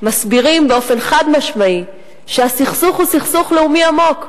מסבירים באופן חד-משמעי שהסכסוך הוא סכסוך לאומי עמוק,